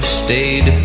stayed